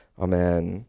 Amen